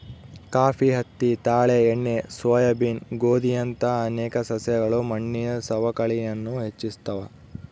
coffee ಹತ್ತಿ ತಾಳೆ ಎಣ್ಣೆ ಸೋಯಾಬೀನ್ ಗೋಧಿಯಂತಹ ಅನೇಕ ಸಸ್ಯಗಳು ಮಣ್ಣಿನ ಸವಕಳಿಯನ್ನು ಹೆಚ್ಚಿಸ್ತವ